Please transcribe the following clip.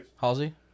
Halsey